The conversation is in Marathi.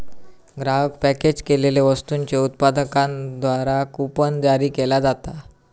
ग्राहक पॅकेज केलेल्यो वस्तूंच्यो उत्पादकांद्वारा कूपन जारी केला जाता